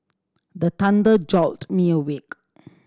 the thunder jolt me awake